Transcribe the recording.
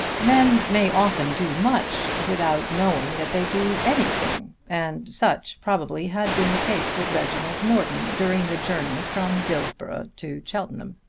men may often do much without knowing that they do anything, and such probably had been the case with reginald morton during the journey from dillsborough to cheltenham.